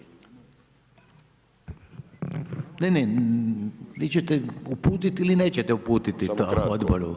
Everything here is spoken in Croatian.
Ne, ne, vi ćete uputit ili nećete uputiti to odboru.